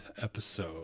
episode